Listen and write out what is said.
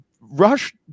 rush